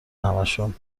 همهشون